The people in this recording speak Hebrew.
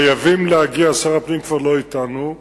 חייבים להגיע, שר הפנים כבר אתנו,